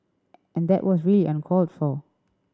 and that was really uncalled for